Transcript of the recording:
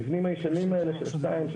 המבנים הישנים האלה של שתיים,